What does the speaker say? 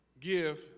give